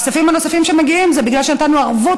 הכספים הנוספים שמגיעים זה בגלל שנתנו בערבות